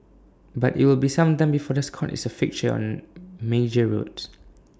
but IT will be some time before the Scot is A fixture on major roads